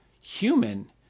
human